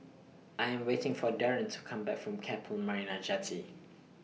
I Am waiting For Darien to Come Back from Keppel Marina Jetty